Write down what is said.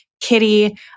kitty